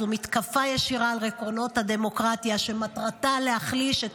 זאת מתקפה ישירה על עקרונות הדמוקרטיה שמטרתה להחליש את